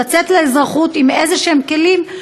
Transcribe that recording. לצאת לאזרחות עם כלים כלשהם,